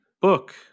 book